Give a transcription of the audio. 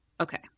Okay